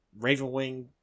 Ravenwing